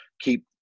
keep